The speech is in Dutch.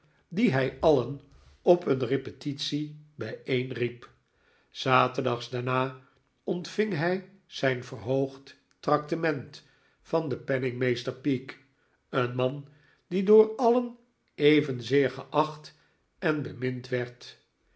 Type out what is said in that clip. die hy alien op eene repetitie byeenriep s zaterdags daarna ontving hij zijn verhoogd traktement van den penningmeester peake een man die door alien evenzeer geacht en bemind werd